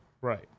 Right